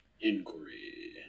Inquiry